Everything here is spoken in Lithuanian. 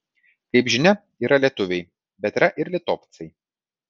kaip žinia yra lietuviai bet yra ir litovcai